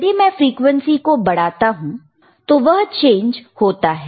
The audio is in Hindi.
यदि मैं फ्रीक्वेंसी को बढ़ाता हूं तो वह चेंज होता है